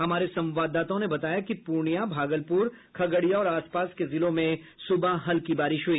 हमारे संवाददाताओं ने बताया कि पूर्णिया भागलपूर खगड़िया और आसपास के जिलों में सुबह हल्की बारिश हुई